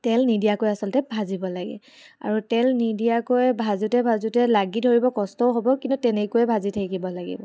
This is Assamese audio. তেল নিদিয়াকৈ আচলতে ভাজিব লাগে আৰু তেল নিদিয়াকৈ ভাজোঁতে ভাজোঁতে লাগি ধৰিব কষ্টও হ'ব কিন্তু তেনেকৈ ভাজি থাকিব লাগিব